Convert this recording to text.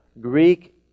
Greek